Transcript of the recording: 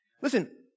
Listen